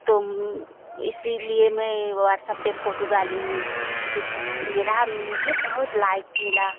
तो इसीलिए मैं व्हाट्सअप पर फोटू डाली हूँ क्योंकि मेरा मुझे बहुत लाइक मिला